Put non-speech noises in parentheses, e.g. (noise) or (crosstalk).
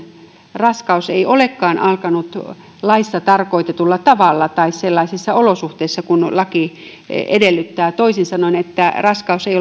raskaus ei olekaan alkanut laissa tarkoitetulla tavalla tai sellaisissa olosuhteissa kuin laki edellyttää toisin sanoen raskaus ei (unintelligible)